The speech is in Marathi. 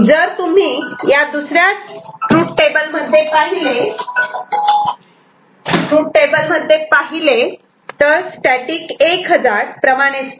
जर तुम्ही या दुसऱ्या ट्रूथ टेबल मध्ये पाहिले तर स्टॅटिक 1 हजार्ड प्रमाणेच पहा